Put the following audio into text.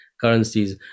Currencies